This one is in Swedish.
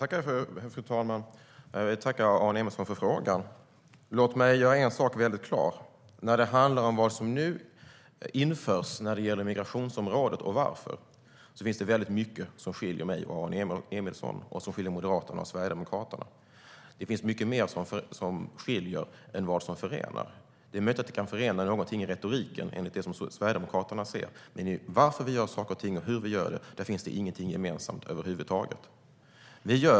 Fru talman! Jag tackar Aron Emilsson för frågan. Låt mig göra en sak mycket klar. När det handlar om vad som nu införs när det gäller migrationsområdet och varför det görs finns det mycket som skiljer mig och Aron Emilsson åt och som skiljer Moderaterna och Sverigedemokraterna åt. Det finns mycket mer som skiljer än som förenar. Det är möjligt att någonting i retoriken kan förena, enligt det som Sverigedemokraterna hör, men när det gäller varför vi gör saker och ting och hur vi gör det finns det ingenting gemensamt över huvud taget.